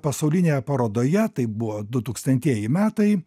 pasaulinėje parodoje tai buvo dutūkstantieji metai